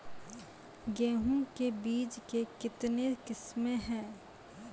गेहूँ के बीज के कितने किसमें है?